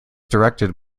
directed